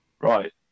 Right